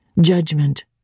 Judgment